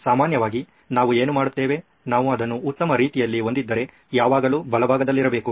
ಸಾಮಾನ್ಯವಾಗಿ ನಾವು ಏನು ಮಾಡುತ್ತೇವೆ ನಾವು ಅದನ್ನು ಉತ್ತಮ ರೀತಿಯಲ್ಲಿ ಹೊಂದಿದ್ದರೆ ಯಾವಾಗಲೂ ಬಲಭಾಗದಲ್ಲಿರಬೇಕು